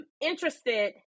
interested